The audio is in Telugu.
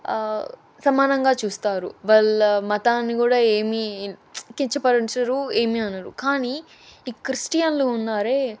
సమానంగా చూస్తారు వాళ్ళ మతాన్ని కూడా ఏమీ కించపరచరు ఏమీ అనరు కానీ ఈ క్రిస్టియన్లు ఉన్నారే